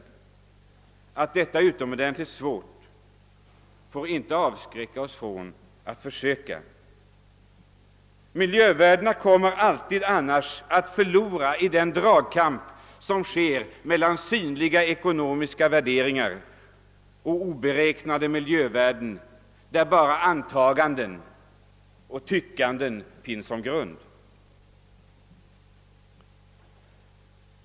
Att detta är utomordentligt svårt får inte avskräcka oss från att försöka. Miljövärdena kommer annars alltid att förlora i dragkampen mellan synliga ekonomiska värderingar och oberäknade miljövärden där bara antaganden och tyckanden finns som grund.